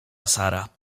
sara